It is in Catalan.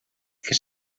que